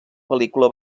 pel·lícula